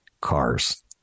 cars